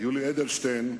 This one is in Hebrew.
יולי אדלשטיין,